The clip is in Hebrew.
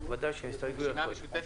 סליחה.